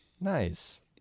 nice